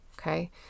okay